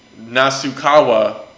Nasukawa